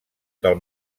del